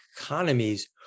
economies